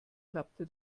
klappte